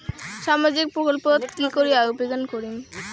সামাজিক প্রকল্পত কি করি আবেদন করিম?